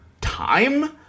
time